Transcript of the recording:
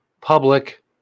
public